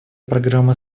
программа